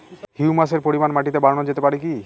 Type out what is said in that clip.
হিউমাসের পরিমান মাটিতে বারানো যেতে পারে কি?